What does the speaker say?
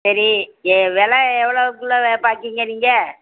சரி ஏ வில எவ்வளோக்குள்ள பாக்கிங்க நீங்கள்